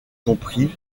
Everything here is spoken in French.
compris